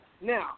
Now